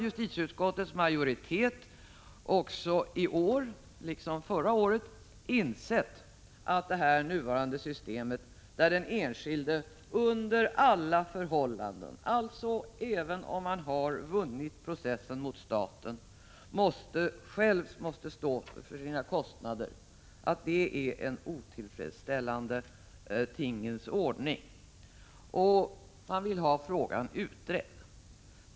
Justitieutskottets majoritet har i år liksom förra året insett att det nuvarande systemet, där den enskilde under alla förhållanden, alltså även om han har vunnit processen mot staten, själv måste stå för sina kostnader, är en otillfredsställande tingens ordning och vill ha frågan utredd.